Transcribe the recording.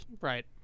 Right